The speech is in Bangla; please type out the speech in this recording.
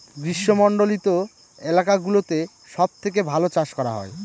গ্রীষ্মমন্ডলীত এলাকা গুলোতে সব থেকে ভালো চাষ করা হয়